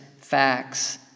facts